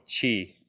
chi